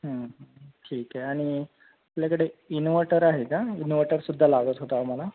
हं ठीक आहे आणि आपल्याकडे इन्वर्टर आहे का इन्वर्टरसुद्धा लागत होता आम्हाला